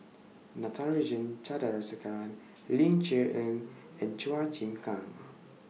Natarajan Chandrasekaran Ling Cher Eng and Chua Chim Kang